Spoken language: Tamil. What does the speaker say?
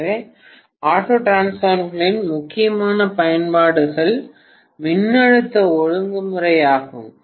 எனவே ஆட்டோ டிரான்ஸ்பார்மர்களின் முக்கிய பயன்பாடுகள் மின்னழுத்த ஒழுங்குமுறை ஆகும்